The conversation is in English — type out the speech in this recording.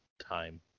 time